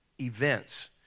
events